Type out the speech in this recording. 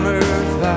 earth